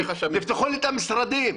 תפתחו לי את המשרדים.